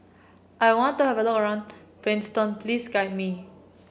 I want to have a look around Kingston please guide me